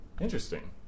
Interesting